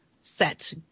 set